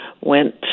went